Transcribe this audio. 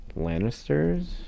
Lannisters